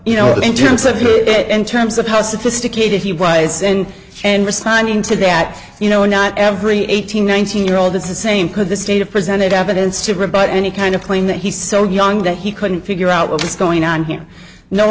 you know in terms of it in terms of how sophisticated he was and and responding to that you know not every eighteen nineteen year old this is same could the state of presented evidence to rebut any kind of claim that he's so young that he couldn't figure out what was going on here no